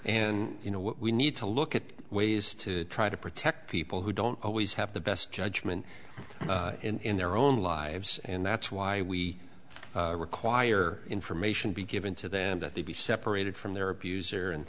and you know what we need to look at ways to try to protect people who don't always have the best judgment in their own lives and that's why we require information be given to them that they be separated from their abuser and